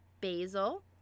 basil